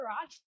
garage